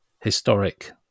historic